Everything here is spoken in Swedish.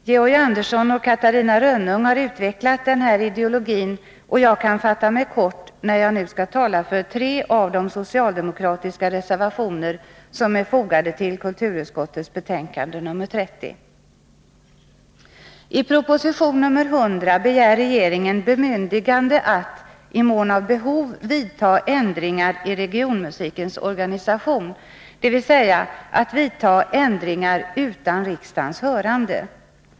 Georg Andersson och Catarina Rönnung har utvecklat denna ideologi, och jag kan fatta mig kort när jag nu skall tala för tre av de socialdemokratiska reservationer som är fogade till kulturutskottets betänkande nr 30. vidta ändringar i regionmusikens organisation, dvs. att vidta ändringar utan riksdagens hörande.